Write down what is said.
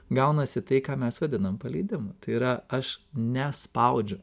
gaunasi tai ką mes vadinam paleidimu tai yra aš nespaudžiu